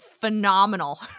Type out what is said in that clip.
phenomenal